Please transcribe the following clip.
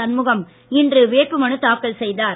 சண்முகம் இன்று வேட்பு மனு தாக்கல் செய்தார்